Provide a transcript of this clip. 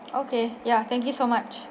okay yeah thank you so much